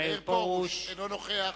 אינו נוכח.